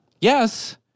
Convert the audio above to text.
Yes